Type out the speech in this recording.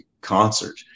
concert